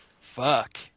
Fuck